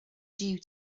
due